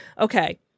Okay